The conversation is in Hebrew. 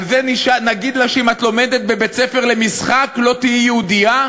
על זה נגיד לה שאם את לומדת בבית-ספר למשחק לא תהיי יהודייה?